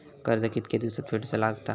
कर्ज कितके दिवसात फेडूचा लागता?